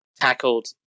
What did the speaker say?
tackled